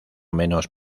menos